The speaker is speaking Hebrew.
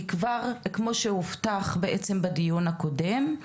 כי זה כבר, כמו שהובטח בעצם בדיון הקודם.